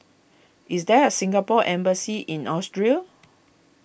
is there a Singapore Embassy in Austria